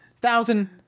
thousand